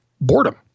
boredom